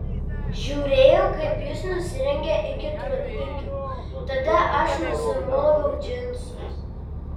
žiūrėjau kaip jis nusirengia iki trumpikių tada aš nusimoviau džinsus